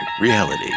Reality